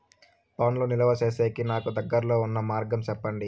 పండ్లు నిలువ సేసేకి నాకు దగ్గర్లో ఉన్న మార్గం చెప్పండి?